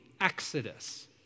exodus